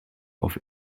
auf